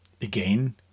Again